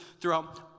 throughout